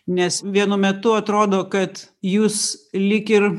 nes vienu metu atrodo kad jūs lyg ir